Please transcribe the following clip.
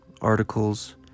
articles